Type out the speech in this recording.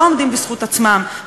לא עומדים בזכות עצמם,